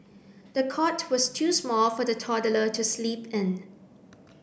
the cot was too small for the toddler to sleep in